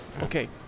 okay